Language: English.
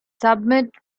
submit